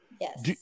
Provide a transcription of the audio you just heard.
Yes